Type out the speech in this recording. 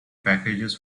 packages